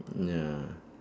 ya